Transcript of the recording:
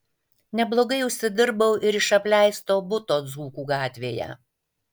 neblogai užsidirbau ir iš apleisto buto dzūkų gatvėje